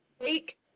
take